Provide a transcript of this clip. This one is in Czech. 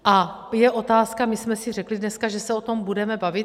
A je otázka my jsme si řekli dneska, že se o tom budeme bavit.